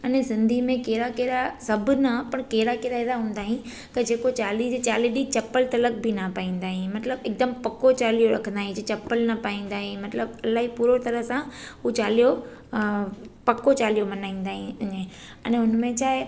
अने सिंधी में कहिड़ा कहिड़ा सभु न पर कहिड़ा केहिड़ा अहिड़ा हूंदा आहिनि त जेको चालीह जे चालीह ॾींहं चप्पल तलक बि न पाईंदा आहिनि मतलबु हिकदमि पको चालीहो रखंदा आहिनि जे चप्पल न पाईंदा आहिनि मतलबु इलाही पूरो तरह सां उहो चालीहो पको चालीहो मल्हाईंदा आहियूं इहो हुन में छाहे